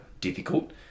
difficult